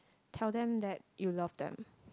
tell them that you love them